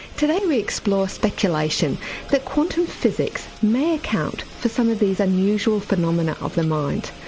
today we explore speculation that quantum physics may account for some of these unusual phenomena of the mind.